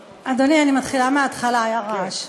אדוני, אני מתחילה מההתחלה, היה רעש.